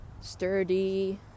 sturdy